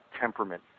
temperament